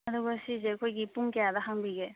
ꯑꯗꯨꯒ ꯁꯤꯁꯦ ꯑꯩꯈꯣꯏꯒꯤ ꯄꯨꯡ ꯀꯌꯥꯗ ꯍꯥꯡꯕꯤꯒꯦ